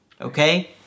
Okay